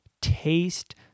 taste